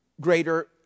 greater